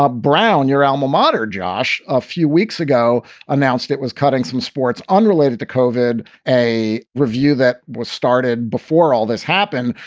brown, your alma mater, josh, a few weeks ago announced it was cutting some sports unrelated to coach head, a review that was started before all this happened.